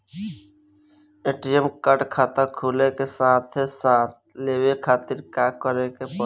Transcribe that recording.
ATM card खाता खुले के साथे साथ लेवे खातिर का करे के पड़ी?